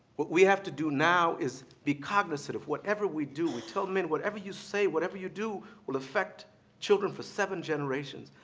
we have to do now is be cognizant of whatever we do we tell men, whatever you say, whatever you do will affect children for seven generations.